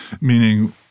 meaning